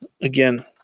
Again